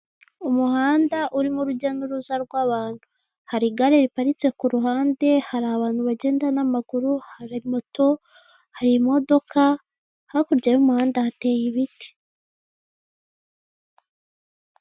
Umuhanda urimo urujya nuruza rw'abantu, hari igare riparitse kuruhande hari abantu bagenda n'amaguru hari moto hari imodoka hakurya y'umuhanda hateye ibiti.